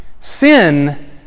Sin